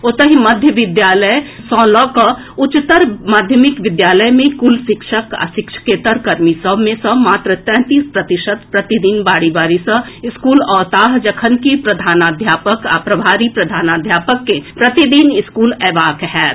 ओतहि मध्य विद्यालय सँ लऽ कऽ उच्चतर माध्यमिक विद्यालय मे कुल शिक्षक आ शिक्षकेतर कर्मी सभ मे सँ मात्र तैंतीस प्रतिशत प्रतिदिन बारी बारी सँ स्कूल अओताह जखन कि प्रधानाध्यापक आ प्रभारी प्रधानाध्यापक के प्रतिदिन स्कूल अएबाक होएत